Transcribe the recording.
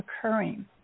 occurring